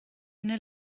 eine